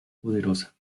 poderosa